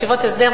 ישיבות הסדר,